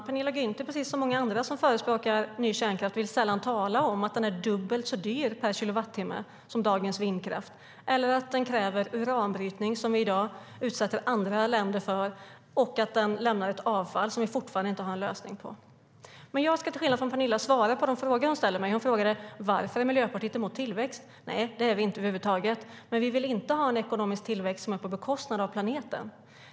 Fru talman! Precis som många andra som förespråkar ny kärnkraft vill Penilla Gunther sällan tala om att den är dubbelt så dyr per kilowattimme som dagens vindkraft eller att den kräver uranbrytning, som vi i dag utsätter andra länder för, och att den lämnar ett avfall, något som vi fortfarande inte har en lösning på. Men jag ska till skillnad från Penilla svara på de frågor som hon ställer till mig. Hon frågade: Varför är Miljöpartiet emot tillväxt? Nej, det är vi inte över huvud taget, men vi vill inte ha en ekonomisk tillväxt på bekostnad av planeten.